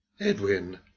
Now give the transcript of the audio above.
Edwin